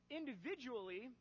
individually